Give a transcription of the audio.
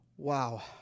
Wow